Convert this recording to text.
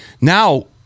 now